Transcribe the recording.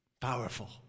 powerful